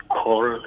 call